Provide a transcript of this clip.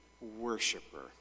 worshiper